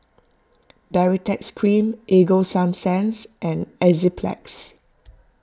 Baritex Cream Ego Sunsense and Enzyplex